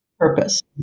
purpose